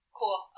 Cool